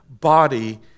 body